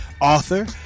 author